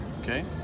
Okay